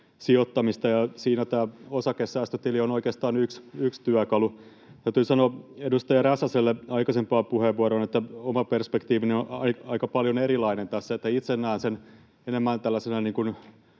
sijoittamista. Siinä tämä osakesäästötili on oikeastaan yksi työkalu. Täytyy sanoa edustaja Räsäselle aikaisempaan puheenvuoroon, että oma perspektiivini on aika paljon erilainen tässä. Itse näen sen enemmän tällaisena